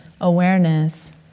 awareness